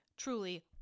truly